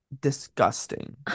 Disgusting